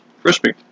crispy